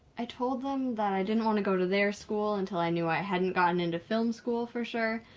i told them that i didn't want to go to their school until i knew i hadn't gotten into film school, for sure,